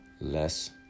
Less